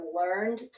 learned